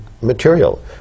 material